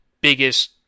biggest